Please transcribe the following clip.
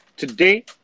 Today